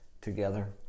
together